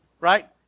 right